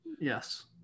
Yes